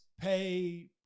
pay